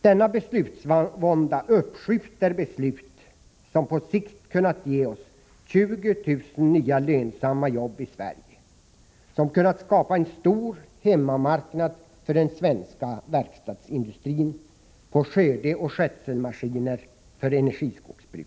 Denna beslutsvånda uppskjuter beslut som på sikt hade kunnat ge oss 20 000 nya lönsamma jobb i Sverige, som hade kunnat skapa en stor hemmamarknad för den svenska verkstadsindustrin med skördeoch skötselmaskiner för energiskogsbruk.